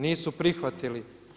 Nisu prihvatili.